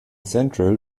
central